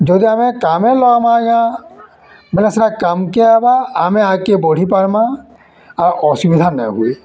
ଯଦି ଆମେ କାମେ ଲଗାମା ଆଜ୍ଞା ବେଲେ ସେଟା କାମ୍କେ ଆଏବା ଆମେ ଆଗ୍କେ ବଢ଼ିପାର୍ମା ଆର୍ ଅସୁବିଧା ନାଇଁ ହୁଏ